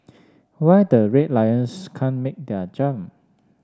why the Red Lions can't make their jump